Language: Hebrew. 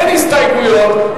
אין הסתייגויות,